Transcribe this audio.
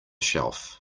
shelf